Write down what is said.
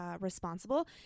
responsible